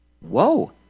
Whoa